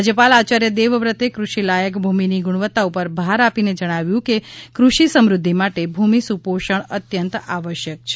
રાજ્યપાલ આચાર્ય દેવવ્રતે કૃષિ લાયક ભૂમિની ગુણવત્તા ઉપર ભાર આપીને જણાવ્યું કે કૃષિ સમૃઘ્ઘિ માટે ભૂમિ સુપોષણ અત્યંત આવશ્યક છે